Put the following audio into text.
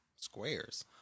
Squares